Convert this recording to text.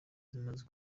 zimaze